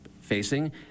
facing